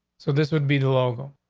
so this would be the local.